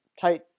tight